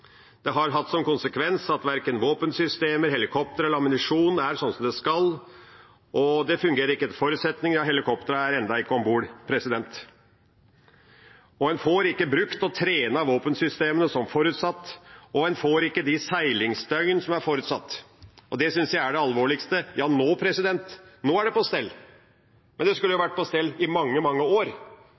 Det har hatt som konsekvens at verken våpensystemer, helikoptre eller ammunisjon er sånn som det skal være. Det fungerer ikke etter forutsetningene. Helikoptrene er ennå ikke om bord. En får ikke brukt og trent våpensystemene som forutsatt. En får ikke de seilingsdøgn som er forutsatt – det syns jeg er det alvorligste. Ja, nå er det på stell, men det skulle vært på stell i mange, mange år.